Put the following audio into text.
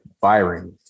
firing